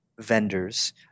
vendors